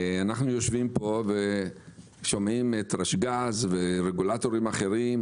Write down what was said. אנחנו יושבים פה ושומעים את רשגז ורגולטורים אחרים,